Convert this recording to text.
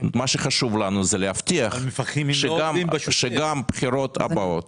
מה שחשוב לנו זה להבטיח שגם בבחירות הבאות